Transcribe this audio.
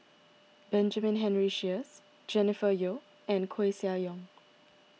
Benjamin Henry Sheares Jennifer Yeo and Koeh Sia Yong